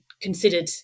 considered